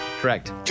Correct